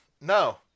no